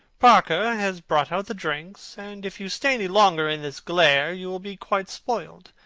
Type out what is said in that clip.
parker has brought out the drinks, and if you stay any longer in this glare, you will be quite spoiled,